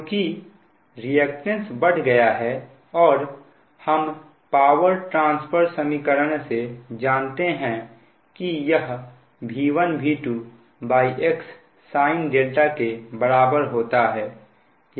क्योंकि रिएक्टेंस बढ़ गया है और हम पावर ट्रांसफर समीकरण से जानते हैं कि यह V1V2x sin के बराबर होता है